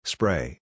Spray